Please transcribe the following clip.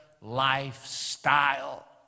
lifestyle